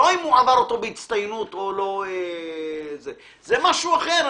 זה לא אם הוא עבר אותו בהצטיינות, זה משהו אחר.